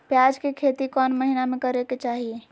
प्याज के खेती कौन महीना में करेके चाही?